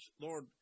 Lord